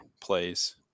plays